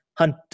Hunt